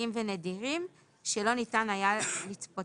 חריגים ונדירים שלא ניתן היה לצפותם.